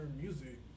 music